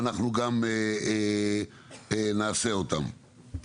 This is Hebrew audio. ואנחנו גם נעשה אותם.